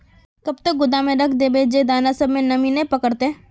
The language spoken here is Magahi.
कब तक गोदाम में रख देबे जे दाना सब में नमी नय पकड़ते?